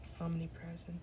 Omnipresent